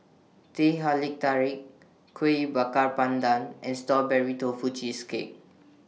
Teh Halia Tarik Kuih Bakar Pandan and Strawberry Tofu Cheesecake